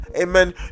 amen